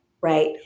right